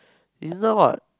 it's not